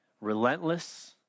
relentless